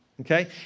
okay